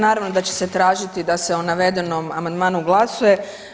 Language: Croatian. Naravno da će se tražiti da se o navedenom amandmanu glasuje.